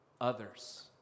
others